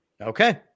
Okay